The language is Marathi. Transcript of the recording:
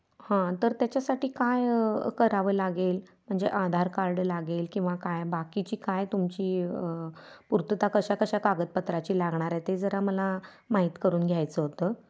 हं तर त्याच्यासाठी काय करावं लागेल म्हणजे आधार कार्ड लागेल किंवा काय बाकीची काय तुमची पूर्तता कशा कशा कागदपत्राची लागणार आहे ते जरा मला माहीत करून घ्यायचं होतं